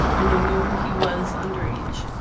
and you knew he was underage?